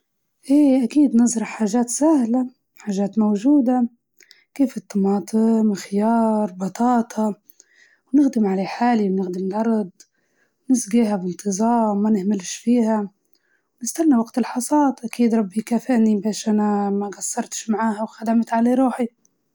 أكيد نزرع حاجات سهلة، زي الطماطم، خيار، بطاطا، نخدم الأرض، ونسجيها بشكل منتظم، ونستنى وقت الحصاد.